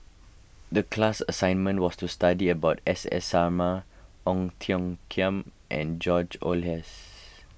the class assignment was to study about S S Sarma Ong Tiong Khiam and George Oehlers